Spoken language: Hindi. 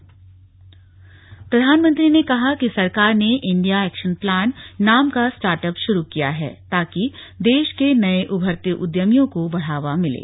नमो एप जारी प्रधानमंत्री ने कहा कि सरकार ने इंडिया एक्शन प्लान नाम का र्सटाटअप शुरू किया है ताकि देश के नये उभरते उद्यमियों को बढ़ावा मिले